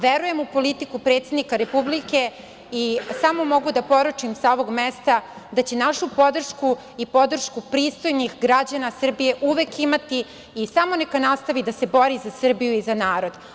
Verujem u politiku predsednika Republike, i samo mogu da poručim sa ovog mesta da će našu podršku i podršku pristojnih građana Srbije uvek imati i samo neka nastavi da se bori za Srbiju i za narod.